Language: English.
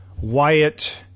Wyatt